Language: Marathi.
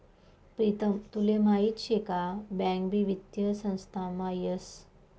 प्रीतम तुले माहीत शे का बँक भी वित्तीय संस्थामा येस